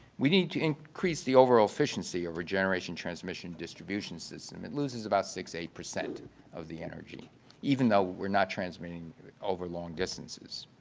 we need to increase the overall efficiency of regeneration transmission distribution system. it loses about six eight of the energy even though we're not transmitting over long distances.